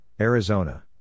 Arizona